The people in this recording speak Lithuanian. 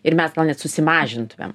ir mes gal net susimažintumėm